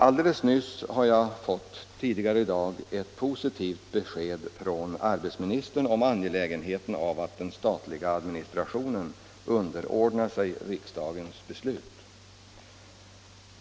Tidigare i dag har jag fått ett positivt besked från arbetsmarknadsministern om angelägenheten av att den statliga administrationen underordnar sig riksdagens beslut.